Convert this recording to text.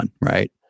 Right